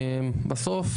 בסוף,